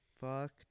fuck